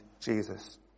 Jesus